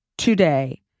today